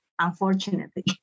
unfortunately